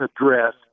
address